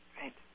Right